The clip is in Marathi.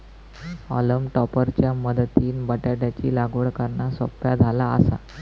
हॉलम टॉपर च्या मदतीनं बटाटयाची लागवड करना सोप्या झाला आसा